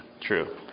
true